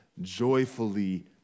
joyfully